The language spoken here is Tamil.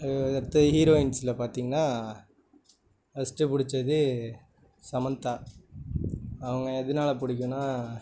அதுக்கு அடுத்து ஹீரோயின்ஸில் பார்த்திங்கனா ஃபஸ்ட்டு பிடிச்சது சமந்தா அவங்களை எதனால் பிடிக்கும்னா